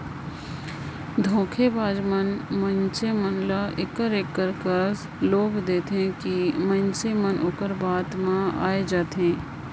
धोखेबाज मन मइनसे मन ल एकर एकर कस लोभ देथे कि मइनसे मन ओकर बात में आए जाथें